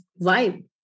vibe